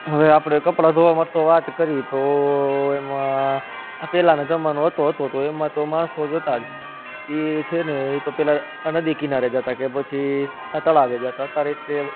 હવે આપણે કપડાં ધોવામાં તો વાત કરી તો એમાં પહેલાંનો જમાનો હતો હતો તો એમાં તો માણસો જ હતા એ સે ને એ તો પેલા નદી કિનારે જાતા કે પછી આ તળાવે જાતા અતારે તે